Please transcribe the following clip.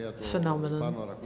phenomenon